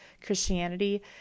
Christianity